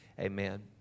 Amen